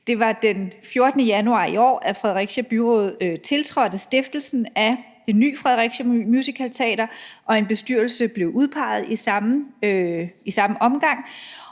Det var den 14. januar i år, at Fredericia Byråd tiltrådte stiftelsen af det nye Fredericia Musicalteater, og en bestyrelse blev udpeget i samme omgang.